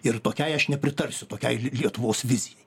ir tokiai aš nepritarsiu tokiai lietuvos vizijai